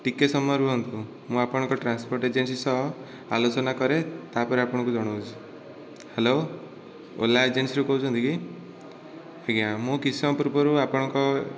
ଟିକିଏ ସମୟ ରୁହନ୍ତୁ ମୁଁ ଆପଣଙ୍କ ଟ୍ରାନ୍ସପୋର୍ଟ ଏଜେନ୍ସି ସହ ଆଲୋଚନା କରେ ତାପରେ ଆପଣଙ୍କୁ ଜଣଉଛି ହାଲୋ ଓଲା ଏଜେନ୍ସିରୁ କହୁଛନ୍ତିକି ଆଜ୍ଞା ମୁଁ କିଛି ସମୟ ପୂର୍ବରୁ ଆପଣଙ୍କ